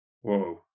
Whoa